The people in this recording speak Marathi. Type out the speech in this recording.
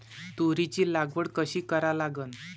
तुरीची लागवड कशी करा लागन?